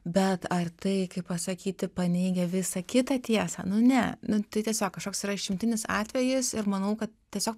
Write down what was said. bet ar tai kaip pasakyti paneigia visą kitą tiesą nu ne nu tai tiesiog kažkoks yra išimtinis atvejis ir manau kad tiesiog